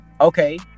okay